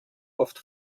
oft